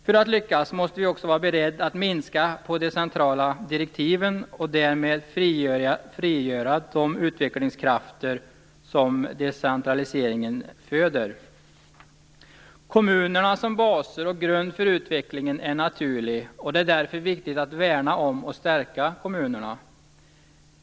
För att lyckas måste vi också vara beredda att minska på de centrala direktiven och därmed frigöra de utvecklingskrafter som decentraliseringen föder. Kommunerna som baser och grund för utvecklingen är naturligt. Det är därför viktigt att värna om och stärka kommunerna.